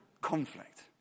conflict